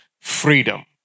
freedom